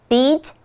Beat